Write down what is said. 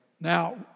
Now